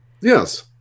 Yes